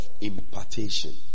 impartation